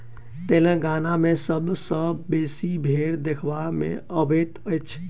तेलंगाना मे सबसँ बेसी भेंड़ देखबा मे अबैत अछि